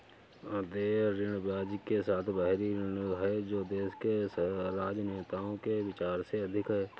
अदेय ऋण ब्याज के साथ बाहरी ऋण है जो देश के राजनेताओं के विचार से अधिक है